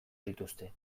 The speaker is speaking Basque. dituzte